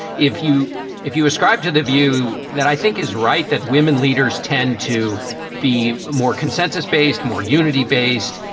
if you if you ascribe to the view that i think is right, that women leaders tend to be more consensus based, more unity based,